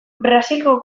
brasilgo